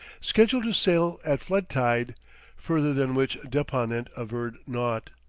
scheduled to sail at floodtide further than which deponent averred naught.